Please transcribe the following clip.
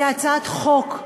היא הצעת חוק,